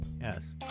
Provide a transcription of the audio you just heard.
yes